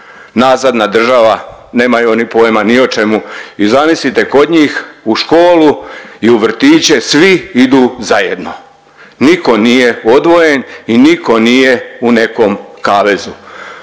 nazadna država nemaju oni pojma ni o čemu i zamislite kod njih u školu i u vrtiće svi idu zajedno. Niko nije odvojen i niko nije u nekom kavezu.